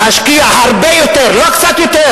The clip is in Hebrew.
להשקיע הרבה יותר, לא קצת יותר,